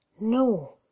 No